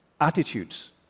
attitudes